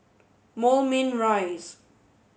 Moulmein Rise